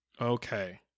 Okay